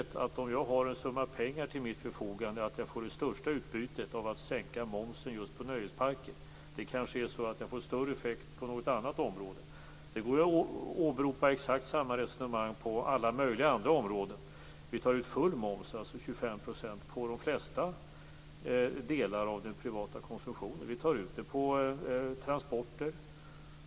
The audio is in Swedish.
Om jag har en summa pengar till mitt förfogande är det inte givet att jag får det största utbytet av att sänka momsen just på nöjesparker. Jag får kanske större effekt på något annat område. Det går att åberopa exakt samma resonemang på alla möjliga andra områden. Vi tar ut full moms, 25 %, på de flesta delar av den privata konsumtionen. Det tar vi också ut på transporter.